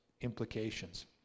implications